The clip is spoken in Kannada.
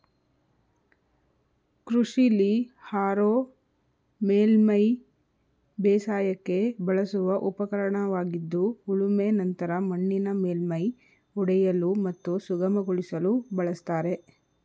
ಕೃಷಿಲಿ ಹಾರೋ ಮೇಲ್ಮೈ ಬೇಸಾಯಕ್ಕೆ ಬಳಸುವ ಉಪಕರಣವಾಗಿದ್ದು ಉಳುಮೆ ನಂತರ ಮಣ್ಣಿನ ಮೇಲ್ಮೈ ಒಡೆಯಲು ಮತ್ತು ಸುಗಮಗೊಳಿಸಲು ಬಳಸ್ತಾರೆ